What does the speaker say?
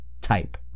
type